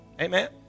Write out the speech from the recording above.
Amen